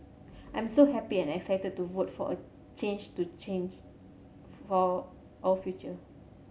I'm so happy and excited to vote for a change to change for our future